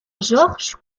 georges